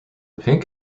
pink